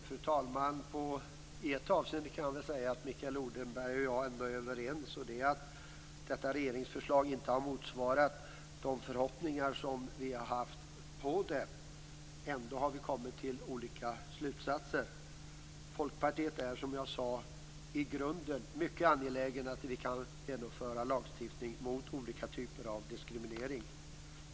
Fru talman! I ett avseende är Mikael Odenberg och jag är överens, och det är att detta regeringsförslag inte har motsvarat de förhoppningar som vi har haft. Ändå har vi kommit till olika slutsatser. Folkpartiet är, som jag sade, i grunden mycket angeläget om införandet av en lagstiftning mot olika typer av diskriminering.